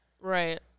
Right